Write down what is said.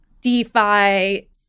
DeFi